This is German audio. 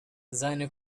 seine